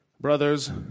Brothers